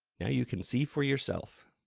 now you can see for yourself!